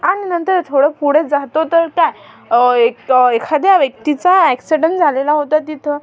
आणि नंतर थोडं पुढे जातो तर त्या एक एखाद्या व्यक्तीचा ॲक्सीडन झालेला होता तिथं